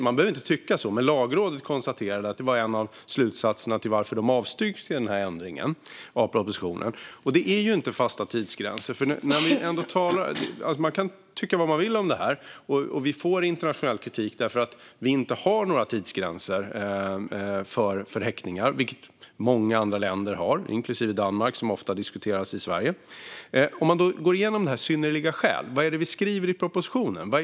Man behöver inte tycka så, men Lagrådet konstaterade att detta var en av de slutsatser som gjorde att de avstyrkte ändringen av propositionen. Det är inte fasta tidsgränser, och man kan tycka vad man vill om detta. Vi får internationell kritik för att vi inte har några tidsgränser för häktningar, vilket många andra länder har, inklusive Danmark, som ofta diskuteras i Sverige. Vi kan gå igenom synnerliga skäl. Vad skriver vi i propositionen?